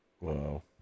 Wow